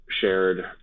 shared